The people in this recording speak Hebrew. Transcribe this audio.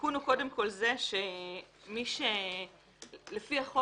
התיקון הוא קודם כל זה שלפי החוק,